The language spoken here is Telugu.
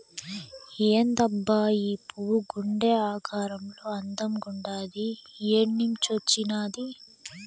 ఏందబ్బా ఈ పువ్వు గుండె ఆకారంలో అందంగుండాది ఏన్నించొచ్చినాది